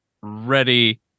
ready